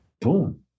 Boom